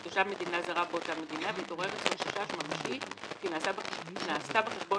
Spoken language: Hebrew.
תושב מדינה זרה באותה מדינה והתעורר אצלו חשש ממשי כי נעשתה בחשבון